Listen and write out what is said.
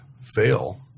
fail